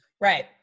Right